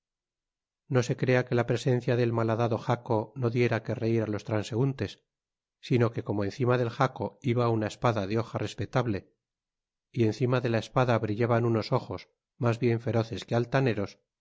no se crea que la presencia del mathadado jaco no diera que reir á los transeuntes sino que como encima del jaco iba una espada de hoja respetable y encima de la espada brillaban unos ojos mas bien feroces que altaneros